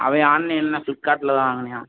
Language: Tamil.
அவன் ஆன்லைனில் ஃபிளிப்கார்டில் வாங்கினியான்